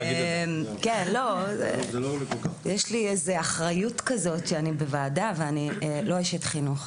יש לי איזו אחריות כזאת שאני בוועדה ואני לא אשת חינוך.